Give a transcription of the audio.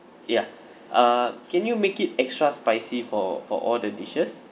yeah uh can you make it extra spicy for for all the dishes